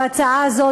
וההצעה הזאת,